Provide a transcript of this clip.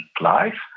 life